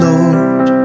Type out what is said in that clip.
Lord